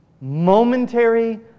momentary